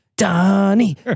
Donnie